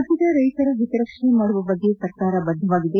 ರಾಜ್ಯದ ರೈತರ ಹಿತರಕ್ಷಣೆ ಮಾಡುವ ಬಗ್ಗೆ ಸರ್ಕಾರ ಬದ್ಧವಾಗಿದೆ